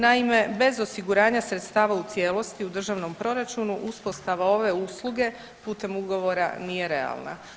Naime, bez osiguranja sredstava u cijelosti u državnom proračunu, uspostava ove usluge putem ugovora nije realna.